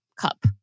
cup